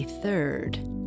third